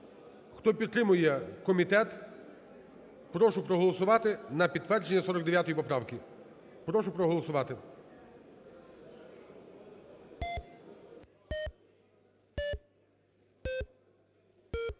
Хто підтримує комітет, прошу проголосувати на підтвердження 49 поправки, прошу проголосувати.